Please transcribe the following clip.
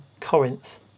Corinth